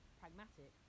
pragmatic